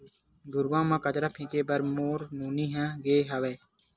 घुरूवा म कचरा फेंके बर मोर नोनी ह गे हावय